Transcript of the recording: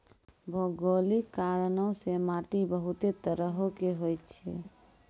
भौगोलिक कारणो से माट्टी बहुते तरहो के होय छै